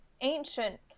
ancient